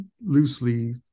loosely